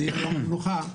זה יום המנוחה,